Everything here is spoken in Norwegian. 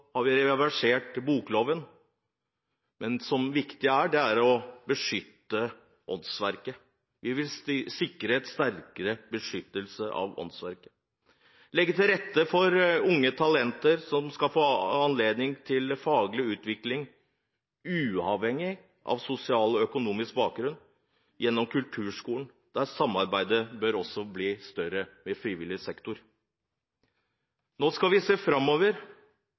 har vi reversert bokloven. Det som er viktig, er å beskytte åndsverket. Vi vil sikre en sterkere beskyttelse av åndsverket. Vi vil legge til rette for unge talenter, som skal få anledning til faglig utvikling, uavhengig av sosial og økonomisk bakgrunn, gjennom kulturskolen – der også samarbeidet med frivillig sektor bør bli større. Nå skal vi se framover,